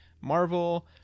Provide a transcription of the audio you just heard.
Marvel